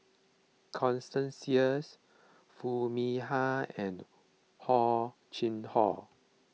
Constance Sheares Foo Mee Har and Hor Chim Hor